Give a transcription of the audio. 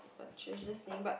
but she's just saying but